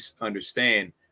understand